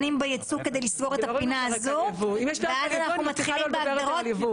בייצוא כדי לסגור את הפינה הזו ואחר כך עוברים להגדרות.